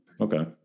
Okay